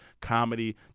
comedy